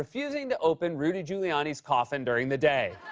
refusing to open rudy giuliani's coffin during the day.